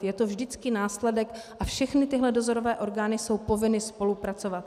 Je to vždycky následek a všechny dozorové orgány jsou povinny spolupracovat.